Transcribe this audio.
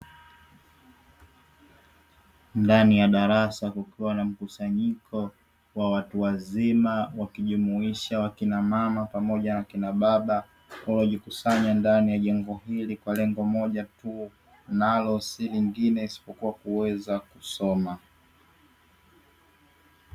Ndani ya darasa kukiwa na mkusanyiko wa watu wazima wakijumuisha wakina mama pamoja na akina baba, uliojikusanya ndani ya jengo hili kwa lengo moja tu nalo si lingine isipokuwa kuweza kusoma.